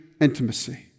intimacy